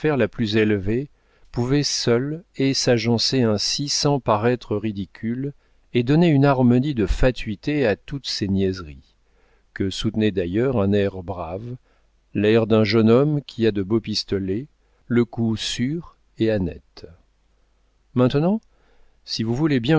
la plus élevée pouvait seul et s'agencer ainsi sans paraître ridicule et donner une harmonie de fatuité à toutes ces niaiseries que soutenait d'ailleurs un air brave l'air d'un jeune homme qui a de beaux pistolets le coup sûr et annette maintenant si vous voulez